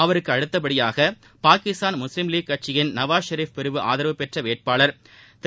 அவருக்கு அடுத்தபடியாக பாகிஸ்தான் முஸ்லீம் லீக் கட்சியின் நவாஸ் ஷெரிப் பிரிவு ஆதரவு பெற்ற வேட்பாளர் திரு